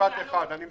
משפט אחד ואני מסיים.